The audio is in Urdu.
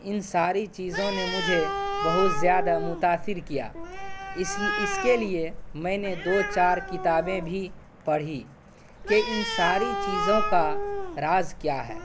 ان ساری چیزوں نے مجھے بہت زیادہ متاثر کیا اس اس کے لیے میں نے دو چار کتابیں بھی پڑھیں کہ ان ساری چیزوں کا راز کیا ہے